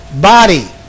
body